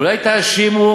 אולי תאשימו